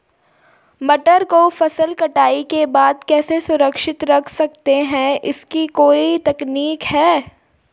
मटर को फसल कटाई के बाद कैसे सुरक्षित रख सकते हैं इसकी कोई तकनीक है?